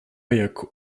jak